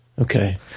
Okay